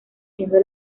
siendo